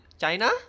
China